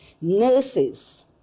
nurses